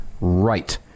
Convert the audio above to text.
right